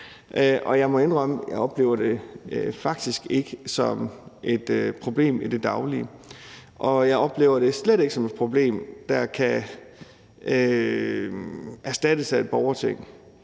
ikke oplever det som et problem i det daglige. Og jeg oplever det slet ikke som et problem, der kan løses af et borgerting.